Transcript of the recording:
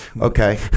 Okay